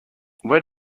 where